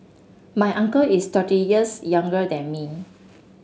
my uncle is thirty years younger than me